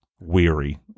weary